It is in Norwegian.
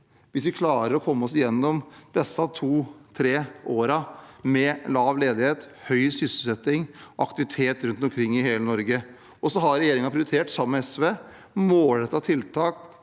hvis vi klarer å komme oss gjennom disse to–tre årene med lav ledighet, høy sysselsetting og aktivitet rundt omkring i hele Norge. Så har regjeringen, sammen med SV, prioritert